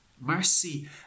Mercy